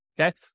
Okay